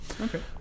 Okay